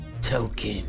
token